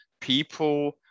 people